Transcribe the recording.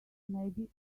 maybe